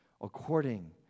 according